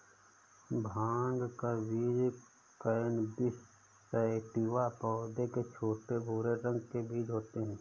भाँग का बीज कैनबिस सैटिवा पौधे के छोटे, भूरे रंग के बीज होते है